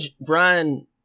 Brian